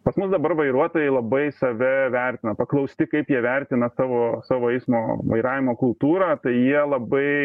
pas mus dabar vairuotojai labai save vertina paklausti kaip jie vertina tavo savo eismo vairavimo kultūrą tai jie labai